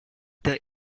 the